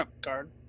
guard